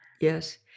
Yes